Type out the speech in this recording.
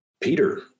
Peter